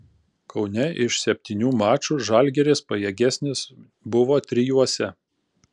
kaune iš septynių mačų žalgiris pajėgesnis buvo trijuose